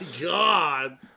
God